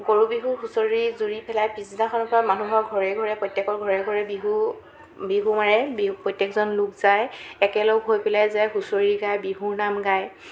গৰু বিহু হুচৰি জোৰি পেলাই পিছদিনাখনৰ পৰা মানুহৰ ঘৰে ঘৰে প্ৰত্যেকৰ ঘৰে ঘৰে বিহু বিহু মাৰে বি প্ৰত্যেকজন লোক যায় একেলগে হৈ পেলাই যায় হুঁচৰি গায় বিহুৰ নাম গায়